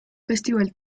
festival